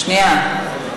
שנייה.